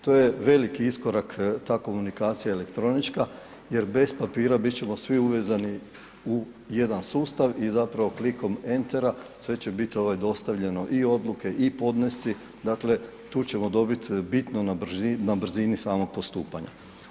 To je veliki iskorak ta komunikacija elektronička jer bez papira bit ćemo svi uvezani u jedan sustav i zapravo klikom entera sve će bit ovaj dostavljano i odluke i podnesci, dakle tu ćemo dobiti bitno na brzini samog postupanja.